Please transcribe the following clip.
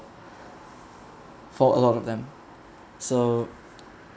for a lot of them